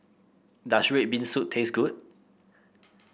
does red bean soup taste good